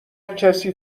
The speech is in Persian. کسی